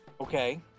Okay